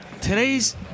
Today's